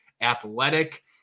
athletic